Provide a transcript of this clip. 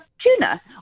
tuna